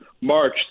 March